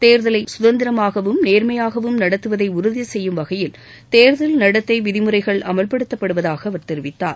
தேர்தலை குதந்திரமாகவும் நேர்மையாகவும் நடத்துவதை உறுதி செய்யும் வகையில் தேர்தல் நடத்தை விதிமுறைகள் அமல்படுத்தப்படுவதாக அவர் தெரிவித்தார்